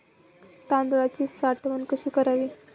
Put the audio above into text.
तांदळाची साठवण कशी करावी?